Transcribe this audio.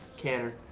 canner.